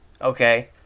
okay